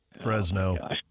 fresno